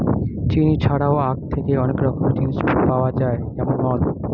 চিনি ছাড়াও আখ থেকে অনেক রকমের জিনিস পাওয়া যায় যেমন মদ